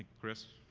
chris?